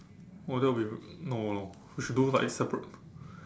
oh I thought we no no we should do like separate